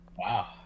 Wow